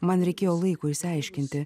man reikėjo laiko išsiaiškinti